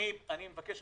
אני מבקש,